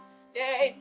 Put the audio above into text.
stay